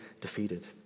defeated